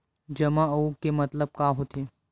जमा आऊ के मतलब का होथे?